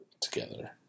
Together